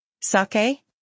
sake